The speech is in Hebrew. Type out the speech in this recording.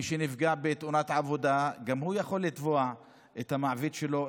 מי שנפגע בתאונת עבודה גם הוא יכול לתבוע את המעביד שלו,